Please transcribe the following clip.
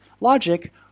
logic